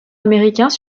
américains